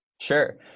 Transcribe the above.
Sure